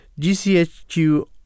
GCHQ